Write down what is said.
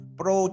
pro